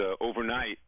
overnight